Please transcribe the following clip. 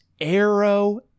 arrow